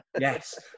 Yes